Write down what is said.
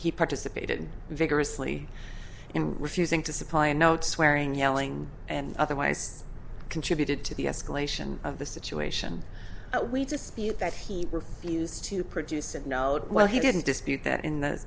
he participated vigorously in refusing to supply a note swearing yelling and otherwise contributed to the escalation of the situation we dispute that he refused to produce and know it well he didn't dispute that in